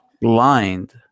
blind